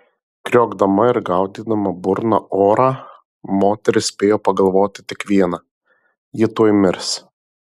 kriokdama ir gaudydama burna orą moteris spėjo pagalvoti tik viena ji tuoj mirs